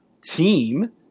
team